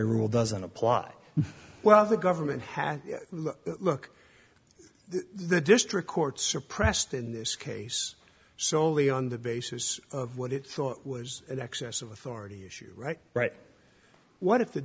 y rule doesn't apply well the government has look the district court suppressed in this case soley on the basis of what it thought was an excess of authority issue right right what if